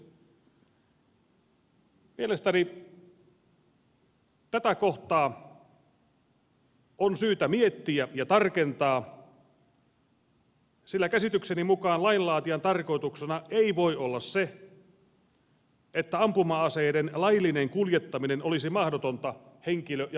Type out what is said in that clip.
mielestäni tätä kohtaa on syytä miettiä ja tarkentaa sillä käsitykseni mukaan lainlaatijan tarkoituksena ei voi olla se että ampuma aseiden laillinen kuljettaminen olisi mahdotonta henkilö ja farmariautoissa